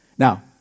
Now